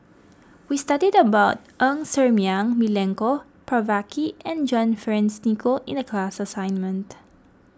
we studied about Ng Ser Miang Milenko Prvacki and John Fearns Nicoll in the class assignment